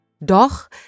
Doch